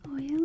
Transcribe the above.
oil